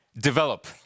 develop